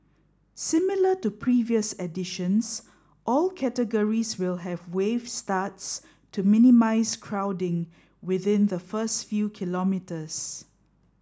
similar to previous editions all categories will have wave starts to minimise crowding within the first few kilometres